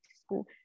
school